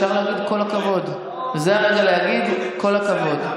אפשר להגיד כל הכבוד, וזה הרגע להגיד כל הכבוד.